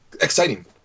Exciting